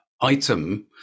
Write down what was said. item